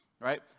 right